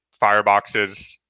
fireboxes